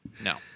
No